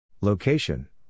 Location